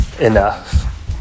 enough